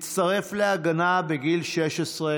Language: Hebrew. הצטרף להגנה בגיל 16,